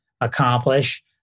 accomplish